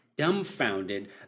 dumbfounded